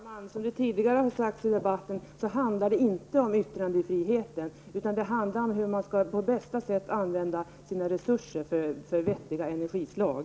Herr talman! Som det har sagts tidigare i debatten handlar det inte om yttrandefriheten utan om hur man på bästa sätt skall använda sina resurser för att få fram vettiga energislag.